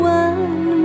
one